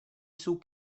jsou